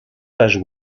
pages